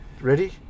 Ready